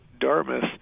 Dartmouth